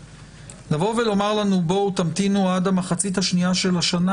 לבוא ולומר לנו: בואו תמתינו עד המחצית השנייה של השנה